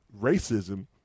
racism